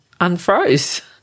unfroze